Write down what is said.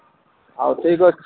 ଆଉ ଠିକ୍ ଅଛି